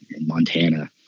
Montana